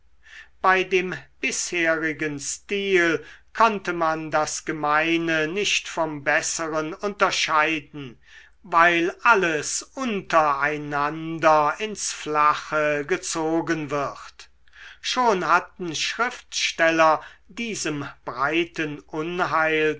bei dem bisherigen stil konnte man das gemeine nicht vom besseren unterscheiden weil alles unter einander ins flache gezogen wird schon hatten schriftsteller diesem breiten unheil